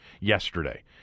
yesterday